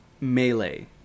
melee